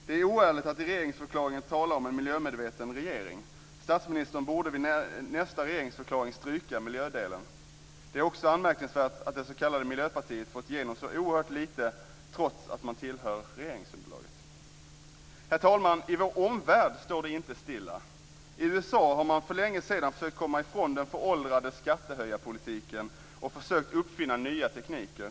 Det är oärligt att i regeringsförklaringen tala om en miljömedveten regering. Statsministern borde vid nästa regeringsförklaring stryka miljödelen. Det är också anmärkningsvärt att det s.k. miljöpartiet har fått igenom så oerhört lite trots att partiet tillhör regeringsunderlaget. Herr talman! Vår omvärld står inte stilla. I USA har man för länge sedan försökt att komma ifrån den föråldrade skattehöjarpolitiken och försökt att uppfinna nya tekniker.